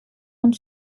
und